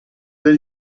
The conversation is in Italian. del